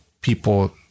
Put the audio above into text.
people